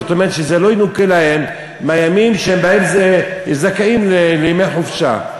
זאת אומרת שזה לא ינוכה להם מהימים שבהם הם זכאים לימי חופשה.